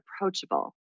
approachable